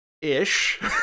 ish